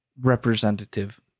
Representative